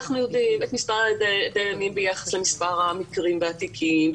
ואנחנו יודעים את מספר הדיינים ביחס למספר המקרים והתיקים,